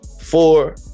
four